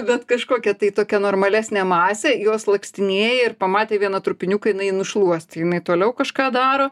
bet kažkokia tai tokia normalesnė masė jos lakstinėja ir pamatę vieną trupiniuką jinai jį nušluostė jinai toliau kažką daro